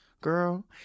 girl